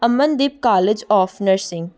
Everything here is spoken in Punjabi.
Amandeep college of nursing